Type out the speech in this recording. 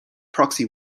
proxy